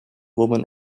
women